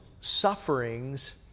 sufferings